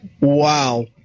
Wow